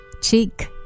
Cheek